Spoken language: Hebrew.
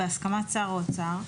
בהסכמת שר האוצר,